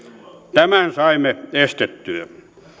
tämän saimme estettyä